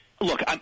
Look